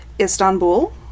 Istanbul